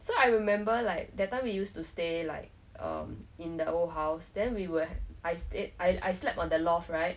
so I remember like that time we used to stay like mm in the old house then we would I stayed I I slept on the loft right